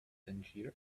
tangier